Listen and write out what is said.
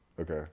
Okay